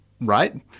right